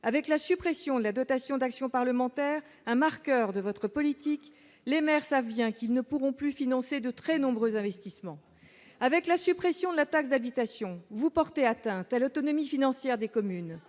avec la suppression de la dotation d'action parlementaire un marqueur de votre politique, les maires savent bien qu'ils ne pourront plus financer de très nombreux investissements avec la suppression de la taxe d'habitation, vous portez atteinte à l'autonomie financière des communes,